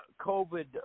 COVID